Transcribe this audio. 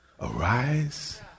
arise